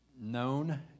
known